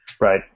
Right